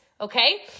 okay